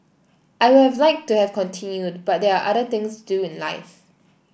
I would have liked to have continued but there are other things to do in life